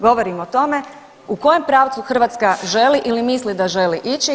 Govorim o tome u kojem pravcu Hrvatska želi ili misli da želi ići.